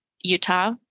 Utah